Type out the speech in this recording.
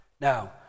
Now